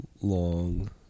long